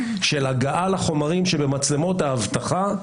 של הגעה לחומרים שבמצלמות האבטחה.